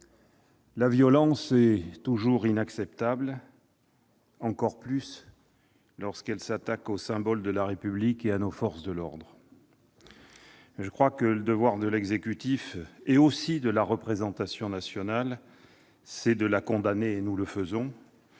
la violence est toujours inacceptable, surtout quand elle s'attaque aux symboles de la République et à nos forces de l'ordre. Le devoir de l'exécutif et de la représentation nationale, c'est de la condamner, et nous le faisons,